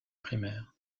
primaire